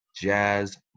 Jazz